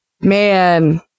man